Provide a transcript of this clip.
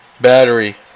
battery